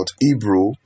Hebrew